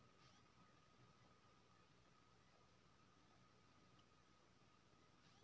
हमर खाता स पैसा कैट गेले इ लेकिन यु.पी.आई वाला म नय गेले इ वापस केना होतै?